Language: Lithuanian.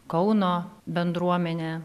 kauno bendruomenė